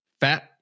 fat